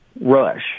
rush